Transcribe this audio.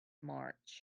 march